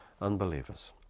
unbelievers